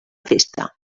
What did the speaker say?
festa